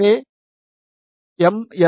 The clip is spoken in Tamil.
எனவே எம்